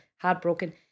heartbroken